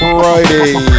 Friday